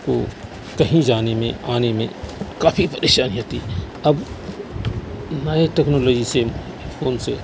کو کہیں جانے میں آنے میں کافی پریشانیاں تھی اب نئے ٹکنالوجی سے فون سے